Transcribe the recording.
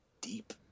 deep